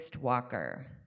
Walker